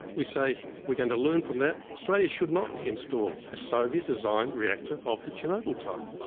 we say we're going to learn from that, australia should not install a soviet-designed reactor of the chernobyl type.